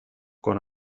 con